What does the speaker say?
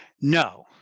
No